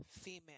female